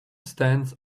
stands